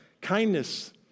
kindness